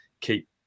keep